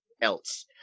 else